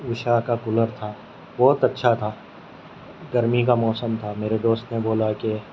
اوشا کا کولر تھا بہت اچھا تھا گرمی کا موسم تھا میرے دوست نے بولا کہ